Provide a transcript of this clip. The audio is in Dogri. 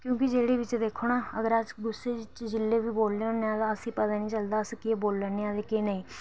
क्योंकि जेह्ड़े बिच्च दिक्खो ना अगर अस गुस्से बिच्च जिल्लै बी बोलने हुन्ने आं ते असेंगी पता नी चलदा कि अस केह् बोल्ला ने आं ते केह् नेईं